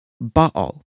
Baal